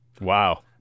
Wow